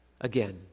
again